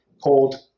called